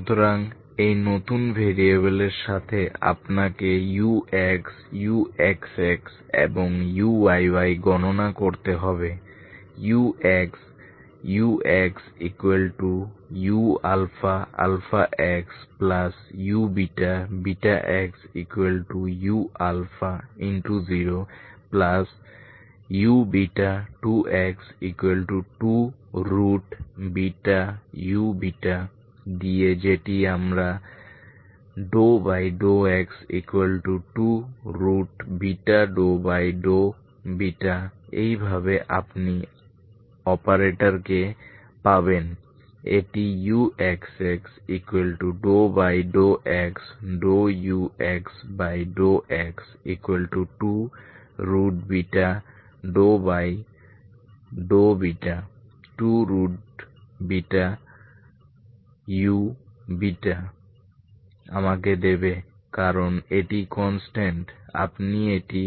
সুতরাং এই নতুন ভেরিয়েবলের সাথে আপনাকে ux uxx এবং uyy গণনা করতে হবে ux uxuxuxu0u2x2u দিয়ে যেটি আমার ∂x2∂β এইভাবে আপনি অপারেটরকে পাবেন এটি uxx∂xux∂x2∂β2u আমাকে দেবে কারণ এটি কনস্ট্যান্ট আপনি এটি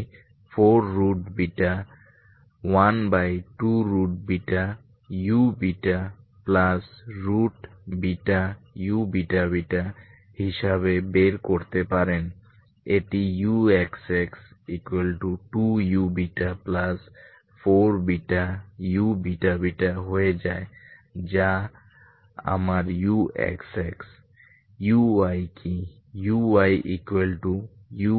412uuββ হিসাবে বের করতে পারেন এটি uxx2u4βuββ হয়ে যায় যা আমার uxx